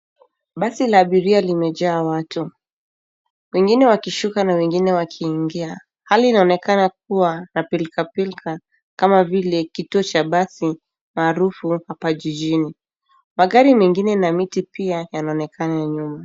Basi la abiria limejaa watu, wengine wakishuka na wengine wakiingia. Hali inaonekana kua na pilka pilka, kama vile kituo cha basi maarufu hapa jijini. Magari mengine na miti pia, yanaonekana nyuma.